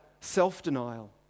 self-denial